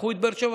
קחו את באר שבע,